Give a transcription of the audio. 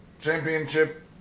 championship